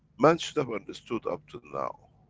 man should have understood up to now,